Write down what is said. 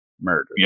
murder